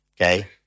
Okay